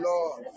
Lord